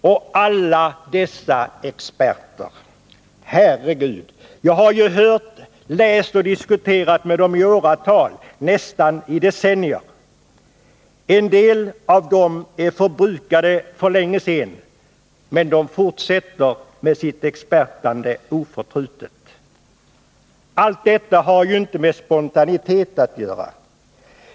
Och alla dessa experter! Herre Gud! Jag har hört och läst deras uttalanden och diskuterat med dem i åratal — nästan i decennier. En del av dem är förbrukade för länge sedan, men de fortsätter med sitt ”expertande” oförtrutet. Allt detta har inte med spontanitet att göra.